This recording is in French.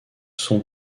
sont